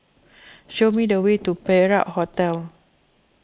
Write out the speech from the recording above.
show me the way to Perak Hotel